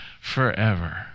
forever